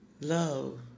Love